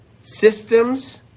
systems